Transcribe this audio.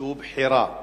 שהוא בחירה,